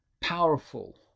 powerful